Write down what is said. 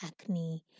acne